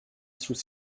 sous